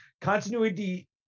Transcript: continuity